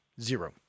zero